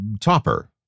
Topper